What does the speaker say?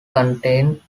contain